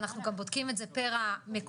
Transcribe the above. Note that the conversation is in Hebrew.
ואנחנו גם בודקים את זה פר המקומות,